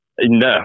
No